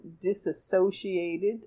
disassociated